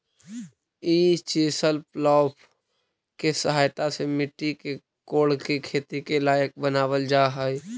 ई chisel plough के सहायता से मट्टी के कोड़के खेती के लायक बनावल जा हई